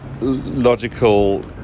logical